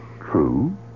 True